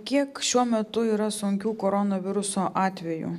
kiek šiuo metu yra sunkių koronaviruso atvejų